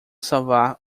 salvar